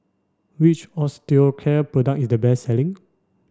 which Osteocare product is the best selling